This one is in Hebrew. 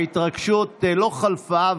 ההתרגשות לא חלפה,